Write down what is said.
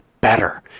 better